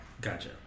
Gotcha